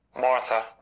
Martha